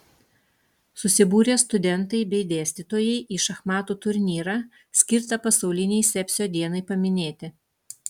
susibūrė studentai bei dėstytojai į šachmatų turnyrą skirtą pasaulinei sepsio dienai paminėti